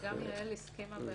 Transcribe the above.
גם יעל הסכימה.